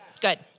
Good